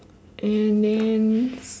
and then